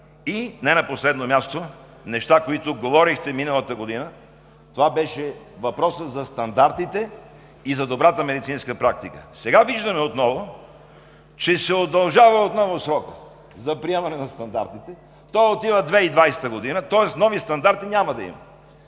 И не на последно място, неща, които говорихте миналата година – това беше въпросът за стандартите и за добрата медицинска практика. Сега виждаме, че отново се удължава срокът за приемане на стандартите – отива в 2020 г., тоест нови стандарти няма да има.